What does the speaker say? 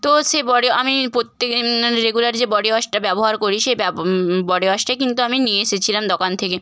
তো সেই বডি আমি প্রত্যেক দিন রেগুলার যে বডি ওয়াশটা ব্যবহার করি সে বডি ওয়াশটা কিন্তু আমি নিয়ে এসেছিলাম দোকান থেকে